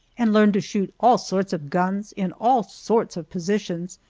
and learn to shoot all sorts of guns in all sorts of positions,